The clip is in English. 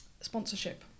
sponsorship